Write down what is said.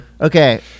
Okay